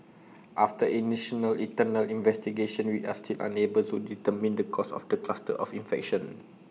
after know internal investigation we are still unable to determine the cause of the cluster of infection